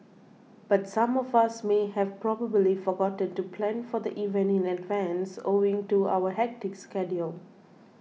but some of us may have probably forgotten to plan for the event in advance owing to our hectic schedule